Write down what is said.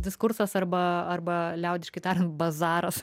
diskursas arba arba liaudiškai tariant bazaras